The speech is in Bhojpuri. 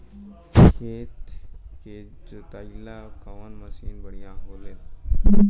खेत के जोतईला कवन मसीन बढ़ियां होला?